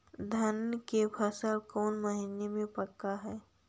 धान के फसल कौन महिना मे पक हैं?